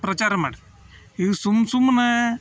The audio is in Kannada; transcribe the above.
ಪ್ರಚಾರ ಮಾಡಿರಿ ಈ ಸುಮ್ನೆ ಸುಮ್ನೆ